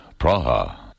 Praha